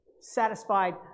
satisfied